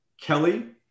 Kelly